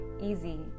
easy